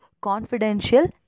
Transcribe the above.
confidential